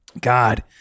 God